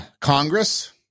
Congress